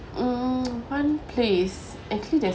um one place actually there's